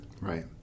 Right